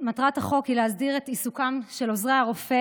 מטרת החוק היא להסדיר את עיסוקם של עוזרי הרופא